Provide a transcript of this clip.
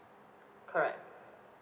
correct